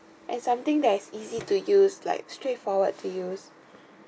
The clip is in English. and something that is easy to use like straight forward to use